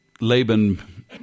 Laban